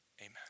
Amen